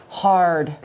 hard